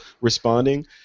responding